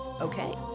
okay